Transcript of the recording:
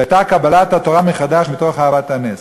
שהייתה קבלת התורה מחדש מתוך אהבת הנס.